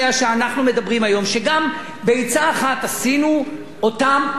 שגם בעצה אחת עשינו אותם פחות מזיקים,